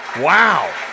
Wow